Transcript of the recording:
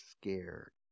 scared